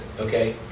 Okay